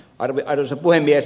arvoisa puhemies